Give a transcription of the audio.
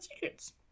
secrets